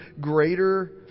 greater